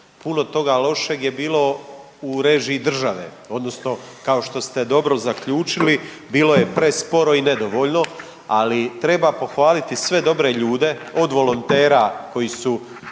puno toga lošeg je bilo u režiji države odnosno kao što ste dobro zaključili bilo je presporo i nedovoljno. Ali treba pohvaliti sve dobre ljude od volontera koji su